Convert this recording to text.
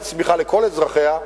עם צמיחה לכל אזרחיה,